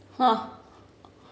ha